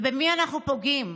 במי אנחנו פוגעים?